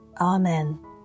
Amen